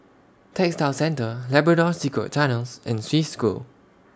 Textile Centre Labrador Secret Tunnels and Swiss School